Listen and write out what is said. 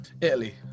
Italy